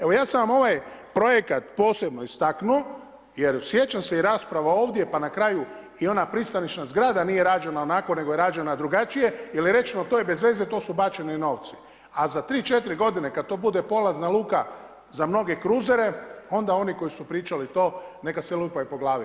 Evo ja sam vam ovaj projekt posebno istaknuo jer sjećam se i rasprava ovdje, pa na kraju i ona pristanišna zgrada nije rađena onako nego je rađena drugačije jer je rečeno to je bezveze, to su bačeni novci, a za 3, 4 godine kad to bude polazna luka za mnoge kruzere, onda oni koji su pričali to neka se lupaju po glavi.